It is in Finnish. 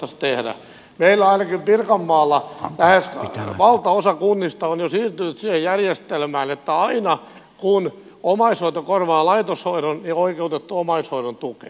meillä ainakin pirkanmaalla lähes valtaosa kunnista on jo siirtynyt siihen järjestelmään että aina kun omaishoito korvaa laitoshoidon on oikeutettu omaishoidon tukeen